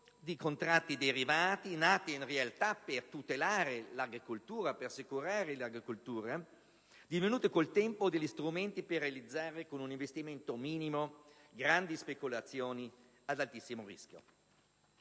di contratti derivati, nati, in realtà, per tutelare ed assicurare l'agricoltura, divenuti col tempo degli strumenti per realizzare, con un investimento minimo, grandi speculazioni ad altissimo rischio.